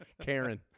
Karen